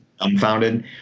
unfounded